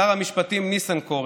שר המשפטים ניסנקורן,